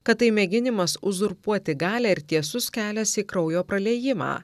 kad tai mėginimas uzurpuoti galią ir tiesus kelias į kraujo praliejimą